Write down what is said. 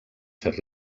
fer